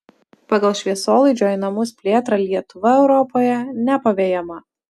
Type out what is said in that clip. pagal šviesolaidžio į namus plėtrą lietuva europoje nepavejama